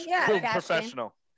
professional